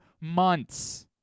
months